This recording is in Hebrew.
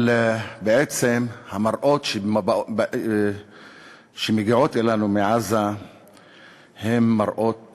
אבל בעצם המראות שמגיעים אלינו מעזה הם מראות